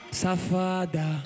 safada